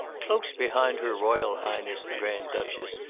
close behind her royal highness the grand-duchess,